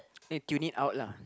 tune it out lah